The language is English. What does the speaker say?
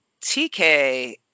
TK